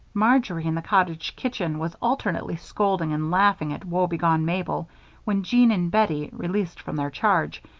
marjory, in the cottage kitchen, was alternately scolding and laughing at woebegone mabel when jean and bettie, released from their charge,